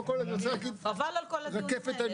תקשיב, אתה בלבלת אותי.